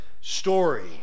story